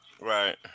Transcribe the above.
Right